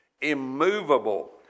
immovable